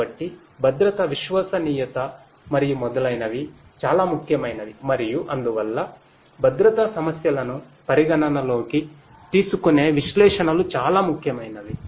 కాబట్టి భద్రతా విశ్వసనీయత మరియు మొదలైనవి చాలా ముఖ్యమైనవి మరియు అందువల్ల భద్రతా సమస్యలను పరిగణనలోకి తీసుకునే విశ్లేషణలు చాలా ముఖ్యమైనవి